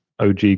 OG